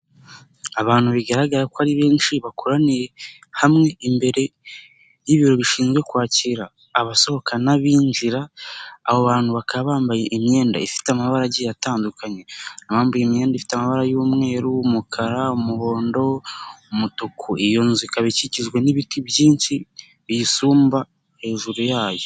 Abantu bigaragara ko ari benshi bakoraniye hamwe imbere y'ibiro bishinzwe kwakira abasohokana n'abinjira, abo bantu bakaba bambaye imyenda ifite amabara agiye atandukanye, bambaye imyenda ifite amabara y'umweru, umukara, umuhondo, umutuku, iyo nzu ikaba ikikizwe n'ibiti byinshi biyisumba hejuru yayo.